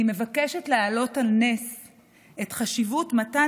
אני מבקשת להעלות על נס את חשיבות מתן